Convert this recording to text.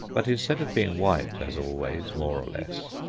but instead of being white as always, more or less,